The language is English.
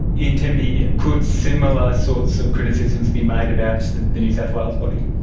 ian temby, could similar sorts of criticisms be made about the the new south wales body?